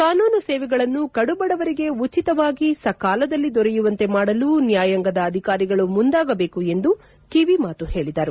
ಕಾನೂನು ಸೇವೆಗಳನ್ನು ಕಡು ಬಡವರಿಗೆ ಉಚಿತವಾಗಿ ಸಕಾಲದಲ್ಲಿ ದೊರೆಯುವಂತೆ ಮಾಡಲು ನ್ಯಾಯಾಂಗದ ಅಧಿಕಾರಿಗಳು ಮುಂದಾಗಬೇಕು ಎಂದು ಕಿವಿಮಾತು ಹೇಳಿದರು